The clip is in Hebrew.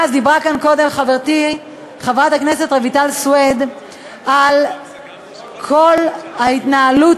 דיברה כאן קודם חברתי חברת הכנסת רויטל סויד על כל ההתנהלות,